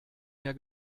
mehr